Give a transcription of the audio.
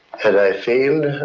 had i failed,